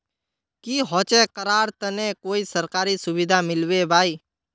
की होचे करार तने कोई सरकारी सुविधा मिलबे बाई?